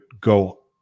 go